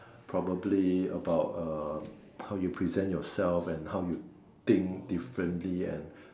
probably about uh how you present yourself and how you think differently and